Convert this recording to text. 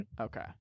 okay